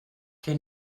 que